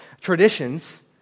traditions